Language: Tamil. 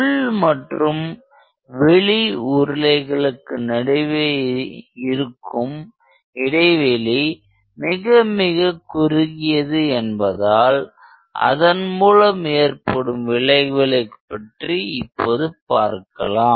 உள் மற்றும் வெளி உருளைகளுக்கு நடுவே இருக்கும் இடைவெளி மிக மிக குறுகியது என்பதால் அதன்மூலம் ஏற்படும் விளைவுகளைப் பற்றி பார்க்கலாம்